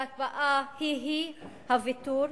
שההקפאה היא היא הוויתור,